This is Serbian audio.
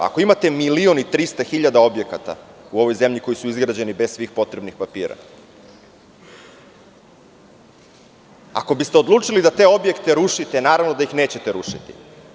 Ako imate milion i 300 hiljada objekata u ovoj zemlji koji su izgrađeni bez svih potrebnih papira, ako biste odlučili da te objekte rušite, naravno da ih nećete rušiti.